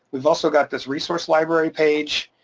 we've also got this resource library page,